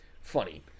funny